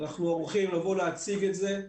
אנחנו ערוכים לבוא להציג את זה.